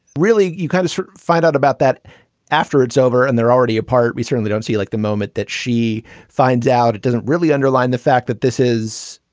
really, you kind of sort of find out about that after it's over and they're already apart. we certainly don't see you like the moment that she finds out. it doesn't really underline the fact that this is,